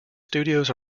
studios